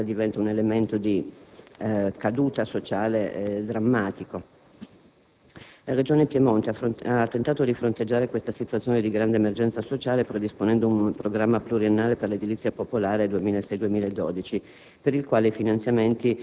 la mancanza di una casa diventa un elemento di caduta sociale drammatico. La Regione Piemonte ha tentato di fronteggiare questa situazione di grande emergenza sociale predisponendo un programma pluriennale per l'edilizia popolare 2006-2012,